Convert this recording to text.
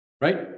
right